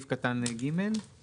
האם הם יכולים להגמיש?